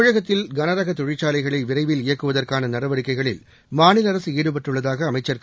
தமிழகத்தில் கனரக தொழிற்சாலைகளை விரைவில் இயக்குவதற்கான நடவடிக்கைகளில் மாநில ஈடுபட்டுள்ளதாக அமைச்சர் அரசு க